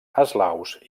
eslaus